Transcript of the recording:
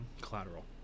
collateral